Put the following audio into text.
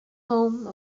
home